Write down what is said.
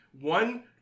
one